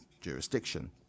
jurisdiction